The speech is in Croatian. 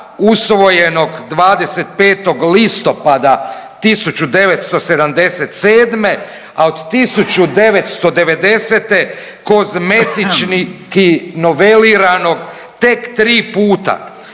usvojenog 25. listopada 1977., a od 1990. kozmetički noveliranog tek tri puta.